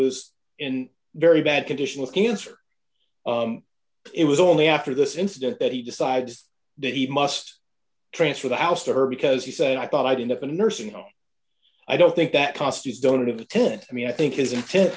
was in very bad condition with cancer it was only after this incident that he decides that he must transfer the house to her because he said i thought i'd end up in a nursing home i don't think that cost you don't have a tent i mean i think his